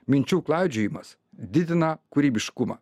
minčių klaidžiojimas didina kūrybiškumą